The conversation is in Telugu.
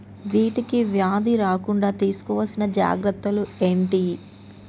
వీటికి వ్యాధి రాకుండా తీసుకోవాల్సిన జాగ్రత్తలు ఏంటియి?